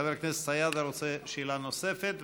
חבר הכנסת סידה רוצה שאלה נוספת,